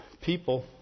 people